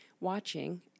Watching